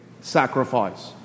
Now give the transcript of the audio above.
sacrifice